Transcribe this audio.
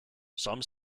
some